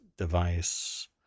device